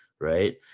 right